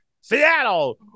Seattle